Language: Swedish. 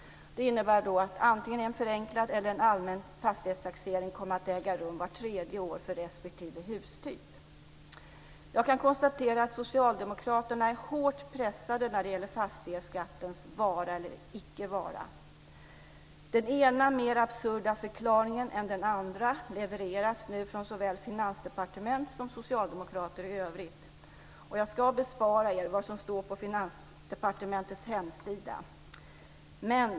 Det innebär att antingen en förenklad eller en allmän fastighetstaxering kommer att äga rum vart tredje år för respektive hustyp. Jag kan konstatera att Socialdemokraterna är hårt pressade när det gäller fastighetsskattens vara eller inte vara. Den ena mer absurda förklaringen än den andra levereras nu från såväl finansdepartement som socialdemokrater i övrigt. Jag ska bespara er vad som står på Finansdepartementets hemsida.